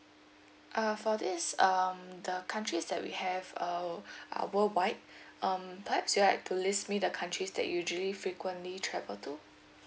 uh for this um the countries that we have uh are worldwide um perhaps you like to list me the countries that usually frequently travel to